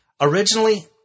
Originally